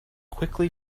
quickly